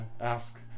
ask